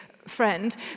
Friend